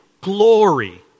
glory